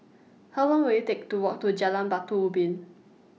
How Long Will IT Take to Walk to Jalan Batu Ubin